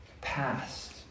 past